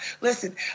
Listen